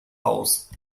aus